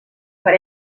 per